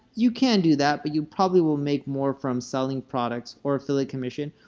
you can do that, but you probably will make more from selling products or affiliate commission,